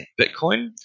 Bitcoin